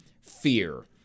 fear